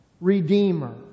Redeemer